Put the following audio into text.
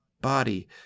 body